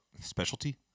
specialty